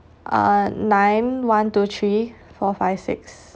uh nine one two three four five six